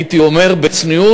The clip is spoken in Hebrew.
הייתי אומר בצניעות,